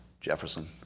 Jefferson